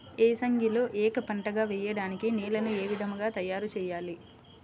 ఏసంగిలో ఏక పంటగ వెయడానికి నేలను ఏ విధముగా తయారుచేయాలి?